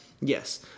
Yes